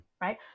right